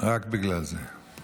כאן